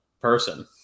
person